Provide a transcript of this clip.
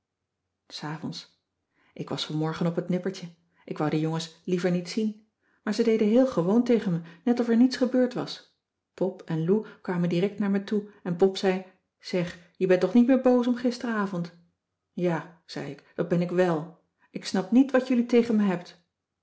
s avonds ik was vanmorgen op het nippertje ik wou de jongens liever niet zien maar ze deden heel gewoon tegen me net of er niets gebeurd was pop en lou kwamen direct naar me toe en pop zei zeg je bent toch niet meer boos om gisteravond ja zei ik dat ben ik wèl ik snap niet wat jullie tegen me hebt